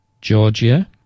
Georgia